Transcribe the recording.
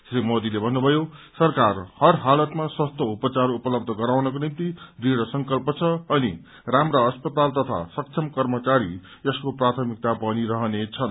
श्री मोदीले भन्नुभयो सरकार हर हालतमा सस्तो उपचार उपलब्ध गराउनको निम्ति दृढसंकल्प छ अनि राम्रा अस्पताल तथा सक्षम कर्मचारी यसको प्राथमिकता बनिरहनेछन्